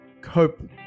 cope